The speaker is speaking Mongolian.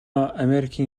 америкийн